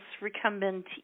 recumbent